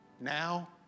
now